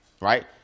right